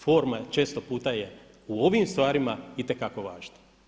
Forma često puta je u ovim stvarima itekako važna.